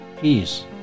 peace